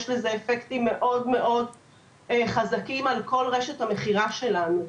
יש לזה אפקטים מאוד חזקים על כל רשת המכירה שלנו.